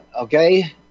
okay